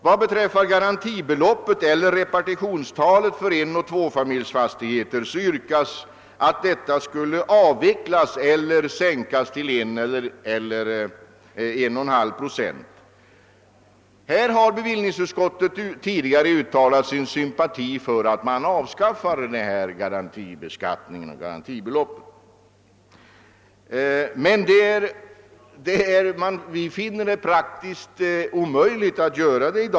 Vad beträffar garantibeloppet eller repartitionstalet för enoch tvåfamiljsfastigheter yrkas att detta skulle avvecklas eller sänkas till en eller en och en halv procent. Bevillningsutskottet har tidigare uttalat sin sympati för att man avskaffar denna garantibeskattning och garantibeloppet. Men i dagens läge finner vi det praktiskt omöjligt att göra det.